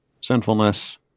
sinfulness